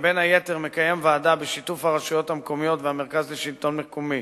ובין היתר מקיים ועדה בשיתוף הרשויות המקומיות והמרכז לשלטון מקומי,